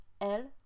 el